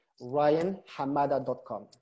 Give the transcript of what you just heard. ryanhamada.com